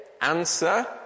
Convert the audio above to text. Answer